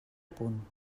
punt